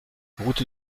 route